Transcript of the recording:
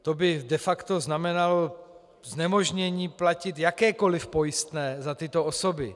To by de facto znamenalo znemožnění platit jakékoliv pojistné za tyto osoby.